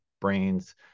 brains